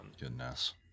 Goodness